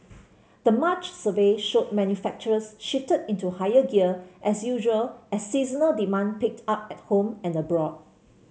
the March survey showed manufacturers shifted into higher gear as usual as seasonal demand picked up at home and abroad